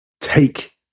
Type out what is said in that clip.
Take